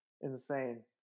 insane